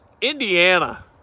Indiana